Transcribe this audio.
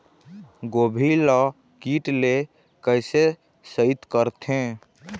गोभी ल कीट ले कैसे सइत करथे?